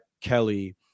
Kelly